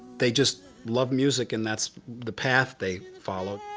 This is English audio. they just love music and that's the path they follow.